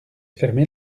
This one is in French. fermé